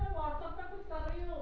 कौन सा धान अधिक उपजाऊ है?